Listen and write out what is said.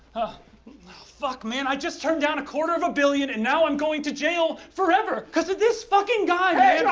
ah fuck, man, i just turned down a quarter of a billion and now i'm going to jail forever! cause of this fucking guy!